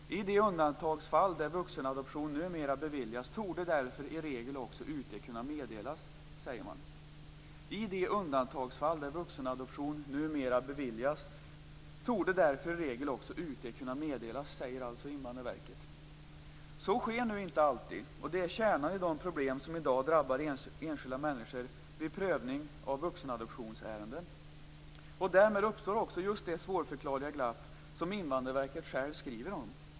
I de undantagsfall där vuxenadoption numera beviljas torde därför i regel också UT kunna meddelas." I de undantagsfall där vuxenadoption numera beviljas torde därför i regel också UT kunna meddelas, säger alltså Invandrarverket. Så sker nu inte alltid, och det är kärnan i de problem som i dag drabbar enskilda människor vid prövning av vuxenadoptionsärenden. Därmed uppstår också det svårförklarliga glapp som Invandrarverket självt skriver om.